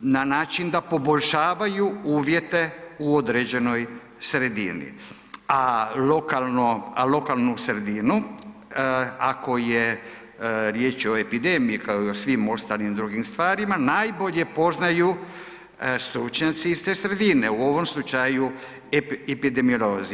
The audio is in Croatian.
na način da poboljšavaju uvjete u određenoj sredini, a lokalno, a lokalnu sredinu ako je, riječ je o epidemiji kao i o svim ostalim drugim stvarima, najbolje poznaju stručnjaci iz te sredine, u ovom slučaju epidemiolozi.